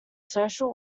social